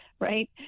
right